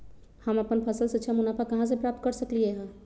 हम अपन फसल से अच्छा मुनाफा कहाँ से प्राप्त कर सकलियै ह?